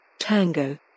Tango